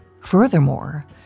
Furthermore